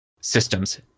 systems